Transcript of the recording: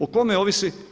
O kome ovisi?